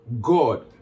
God